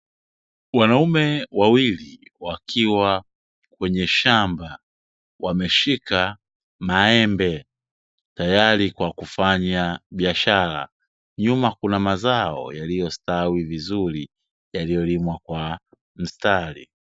Wanaume wawili wakiwa kwenye shamba, wameshika maembe tayari kwa kufanya biashara, nyuma kuna mazao yaliyostawi vizuri yaliyolimwa kwa mstari.